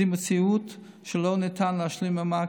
זאת מציאות שלא ניתן להשלים עימה,